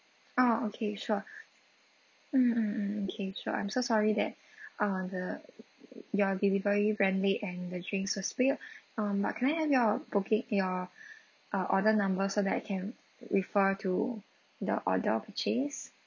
oh okay sure mm mm mm okay sure I'm so sorry that uh the your delivery ran late and the drinks were spilled um but can I have your booking your uh order number so that I can refer to the order of purchase